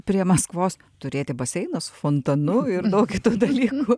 prie maskvos turėti baseiną su fontanu ir daug kitų dalykų